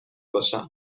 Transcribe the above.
باشم